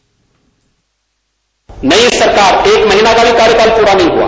bite नई सरकार एक महीने का भी कार्यकाल पूरा नहीं हुआ